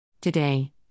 Today